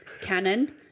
Canon